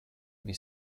wie